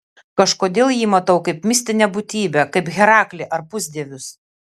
kažkodėl jį matau kaip mistinę būtybę kaip heraklį ar pusdievius